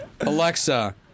Alexa